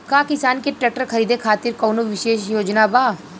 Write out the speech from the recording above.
का किसान के ट्रैक्टर खरीदें खातिर कउनों विशेष योजना बा?